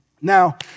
now